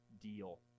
deal